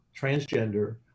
transgender